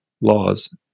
laws